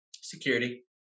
Security